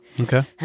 Okay